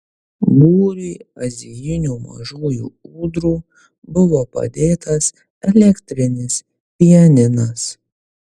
būriui azijinių mažųjų ūdrų buvo padėtas elektrinis pianinas